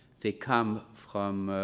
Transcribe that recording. they come from